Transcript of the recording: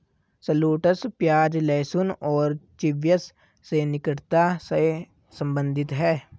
shallots प्याज, लहसुन और चिव्स से निकटता से संबंधित है